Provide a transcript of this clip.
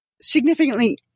significantly